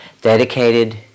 dedicated